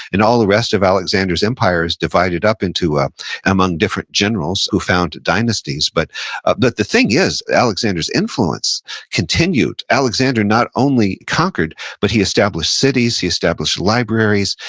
and all the rest of alexander's empire is divided up into among different generals who found dynasties but but the thing is, alexander's influence continued. alexander not only conquered, but he established cities, he established libraries,